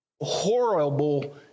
horrible